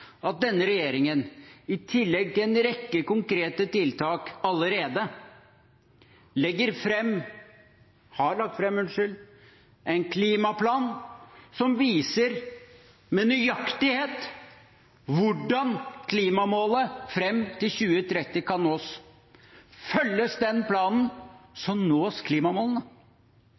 en rekke konkrete tiltak allerede har lagt fram en klimaplan som viser med nøyaktighet hvordan klimamålene fram til 2030 kan nås. Følges den planen, nås klimamålene.